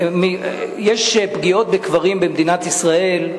יש פגיעות בקברים במדינת ישראל,